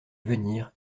venir